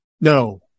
No